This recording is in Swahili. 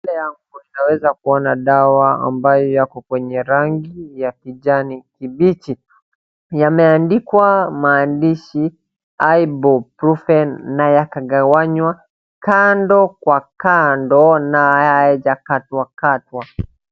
Mbele yangu ninaweza kuona dawa ambayo iko kwenye rangi ya kijani kibichi. Yameandikwa maandishi ibuprofen na yakagawanywa kando kwa kando na hayajakatwakatwa.